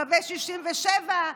קווי 67',